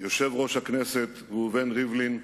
יושב-ראש הכנסת ראובן ריבלין,